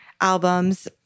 Albums